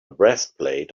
breastplate